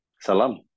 Salam